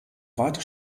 weite